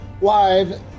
live